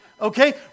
Okay